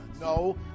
No